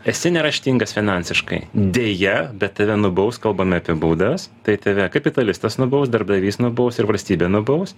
esi neraštingas finansiškai deja bet tave nubaus kalbame apie baudas tai tave kapitalistas nubaus darbdavys nubaus ir valstybė nubaus